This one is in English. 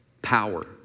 Power